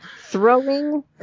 throwing